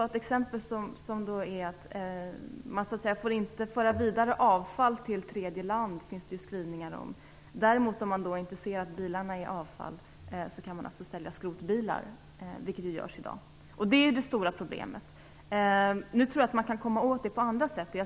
Ett exempel är att det ju finns skrivningar om att man inte får föra vidare avfall till tredje land. Men om man inte ser bilar som avfall, kan man alltså sälja skrotbilar, vilket görs i dag. Detta är det stora problemet. Men jag tror att man kan komma åt det på andra sätt.